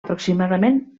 aproximadament